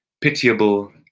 pitiable